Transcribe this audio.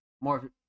More